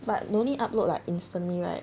but no need upload like instantly right